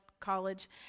college